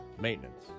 maintenance